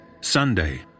Sunday